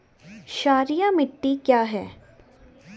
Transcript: क्षारीय मिट्टी क्या है?